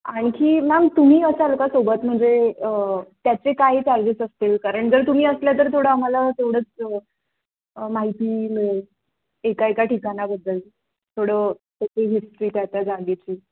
आणखी मॅम तुम्ही असाल का सोबत म्हणजे त्याचे काय चार्जेस असतील कारण जर तुम्ही असल्या तर थोडं आम्हाला तेवढंच माहिती मिळेल एका एका ठिकाणाबद्दल थोडं त्याची हिस्ट्री काय त्या जागेची